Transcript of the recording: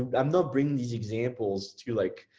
and i'm not bringing these examples to like,